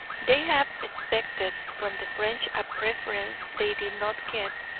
they had expected from the french a preference they did not get,